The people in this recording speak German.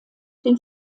den